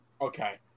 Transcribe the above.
Okay